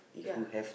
ya